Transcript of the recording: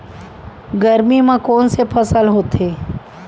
गरमी मा कोन से फसल होथे?